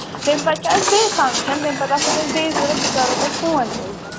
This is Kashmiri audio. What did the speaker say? تَمہِ پَتہٕ چھِ اَسہِ بیٚیہِ فَنٛگشَن تمہِ پَتہٕ آسَن اَسہِ بیٚیہِ ضوٚرَتھ بہٕ کرو تۄہہِ فون تیٚلہِ